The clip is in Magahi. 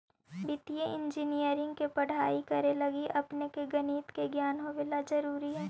वित्तीय इंजीनियरिंग के पढ़ाई करे लगी अपने के गणित के ज्ञान होवे ला जरूरी हई